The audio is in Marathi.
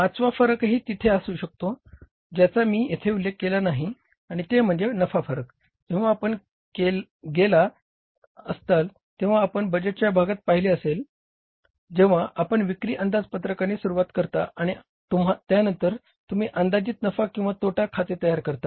आणि पाचवा फरकही तिथे असू शकतो ज्याचा मी येथे उल्लेख केलेला नाही आणि ते म्हणजे नफा फरक जेव्हा आपण गेला असताल तेंव्हा आपण बजेटच्या भागात पाहिले असेलच जेंव्हा आपण विक्री अंदाजपत्रकाने सुरुवात करता आणि त्यानंतर तुम्ही अंदाजित नफा किंवा तोटा खाते तयार करता